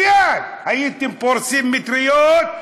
מייד הייתם פורסים מטריות,